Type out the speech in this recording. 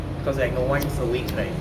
because no one is awake right